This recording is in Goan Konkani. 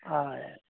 हय